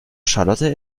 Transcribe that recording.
charlotte